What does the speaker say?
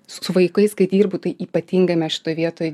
su vaikais kai dirbu tai ypatingai mes šitoj vietoj